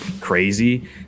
crazy